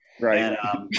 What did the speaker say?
right